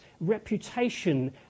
reputation